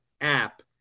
app